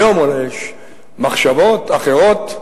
היום יש מחשבות אחרות.